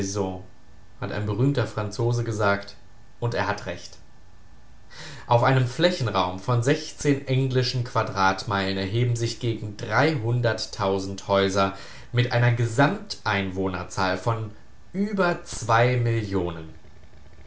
hat ein berühmter franzose gesagt und er hat recht auf einem flächenraum von englischen quadratmeilen erheben sich gegen häuser mit einer gesamt einwohnerzahl von über zwei millionen